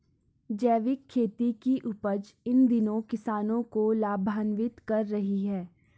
जैविक खेती की उपज इन दिनों किसानों को लाभान्वित कर रही है